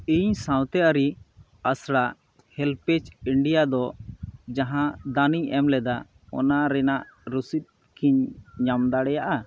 ᱤᱧ ᱥᱟᱶᱛᱮ ᱟᱹᱨᱤ ᱟᱥᱲᱟ ᱦᱮᱞᱯᱮᱡᱽ ᱤᱱᱰᱤᱭᱟ ᱫᱚ ᱡᱟᱦᱟᱸ ᱫᱟᱱᱤᱧ ᱮᱢᱞᱮᱫᱟ ᱚᱱᱟ ᱨᱮᱱᱟᱜ ᱨᱩᱥᱤᱫ ᱠᱤᱧ ᱧᱟᱢ ᱫᱟᱲᱮᱭᱟᱜᱼᱟ